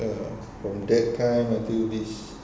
ya from that time until this